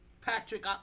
Patrick